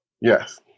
Yes